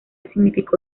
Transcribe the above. significó